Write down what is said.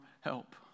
help